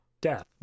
death